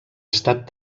estat